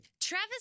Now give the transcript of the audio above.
Travis